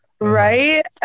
Right